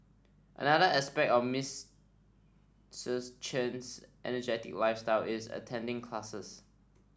another aspect of Miss Chen's energetic lifestyle is attending classes